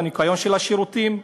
בניקיון של השירותים,